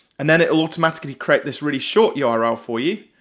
and then it'll automatically create this really short yeah url for you,